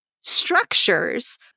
structures